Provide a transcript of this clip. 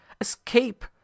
escape